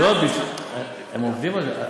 הם עובדים על זה.